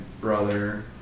brother